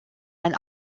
ein